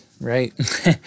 right